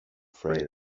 frail